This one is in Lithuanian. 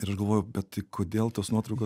ir aš galvojau bet tai kodėl tos nuotraukos